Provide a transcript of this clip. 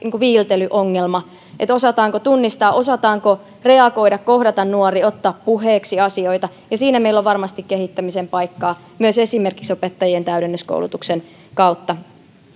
viiltelyongelma että osataanko tunnistaa osataanko reagoida kohdata nuori ottaa puheeksi asioita ja siinä meillä on varmasti kehittämisen paikkaa myös esimerkiksi opettajien täydennyskoulutuksen kautta